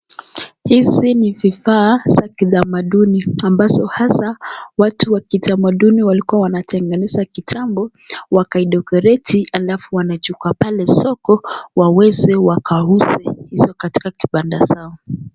Hizi ni vifaa za kitamaduni ambazo hasa watu wa kitmaduni walikuwa wanatengeneza kitambo wakaidekoreti alafu wanachukua pale soko, waweze wakauze hizo katika kibanda zao.